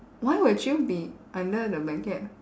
why would you be under the blanket